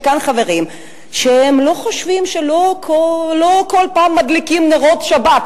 כאן חברים שלא כל פעם מדליקים נרות שבת,